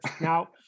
Now